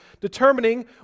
determining